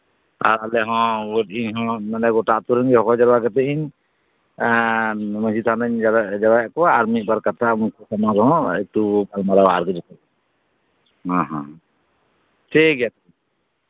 ᱟᱨ ᱟᱞᱮ ᱦᱚᱸ ᱤᱧ ᱦᱚᱸ ᱜᱚᱴᱟ ᱟᱹᱛᱩ ᱨᱮᱱ ᱦᱚᱦᱚ ᱡᱟᱣᱨᱟ ᱠᱟᱛᱮᱫ ᱤᱧ ᱮᱸᱜ ᱢᱟᱺᱡᱷᱤ ᱛᱷᱟᱱ ᱨᱤᱧ ᱡᱟᱣᱨᱟᱭᱮᱫ ᱠᱚᱣᱟ ᱟᱨ ᱢᱤᱫ ᱵᱟᱨ ᱠᱟᱛᱷᱟ ᱩᱱᱠᱩ ᱥᱟᱢᱟᱝ ᱨᱮᱦᱚᱸ ᱮᱠᱴᱩ ᱜᱟᱞᱢᱟᱨᱟᱣ ᱟᱨᱦᱚᱸ ᱡᱩᱛᱩᱜᱼᱟ ᱦᱮᱸ ᱦᱮᱸ ᱴᱷᱤᱠᱜᱮᱭᱟ ᱛᱚᱵᱮ